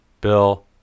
Bill